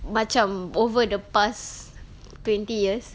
macam over the past twenty years